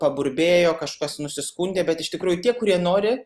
paburbėjo kažkas nusiskundė bet iš tikrųjų tie kurie nori